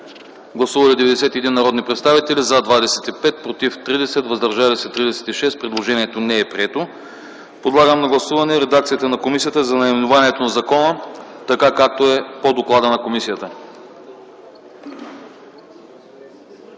Гласували 91 народни представители: за 25, против 30, въздържали се 36. Предложението не е прието. Подлагам на гласуване редакцията на комисията за наименованието на закона така, както е по доклада на комисията.